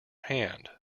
hand